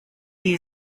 you